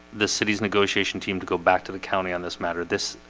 the city's negotiation team to go back to the county on this matter this